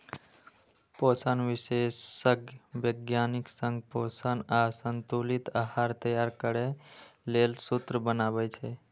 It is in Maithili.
पोषण विशेषज्ञ वैज्ञानिक संग पोषक आ संतुलित आहार तैयार करै लेल सूत्र बनाबै छै